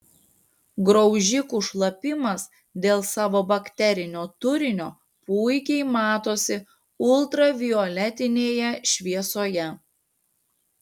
graužikų šlapimas dėl savo bakterinio turinio puikiai matosi ultravioletinėje šviesoje